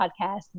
podcast